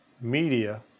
media